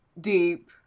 deep